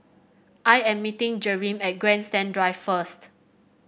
I am meeting Jereme at Grandstand Drive first